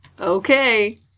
Okay